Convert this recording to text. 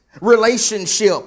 relationship